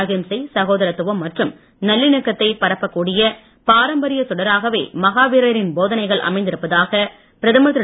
அகிம்சை சகோதரத்துவம் மற்றும் நல்லிணக்கத்தை பரப்பக் கூடிய பாரம்பரியச் சுடராகவே மகாவீரரின் போதனைகள் அமைந்திருப்பதாக பிரதமர் திரு